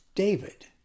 David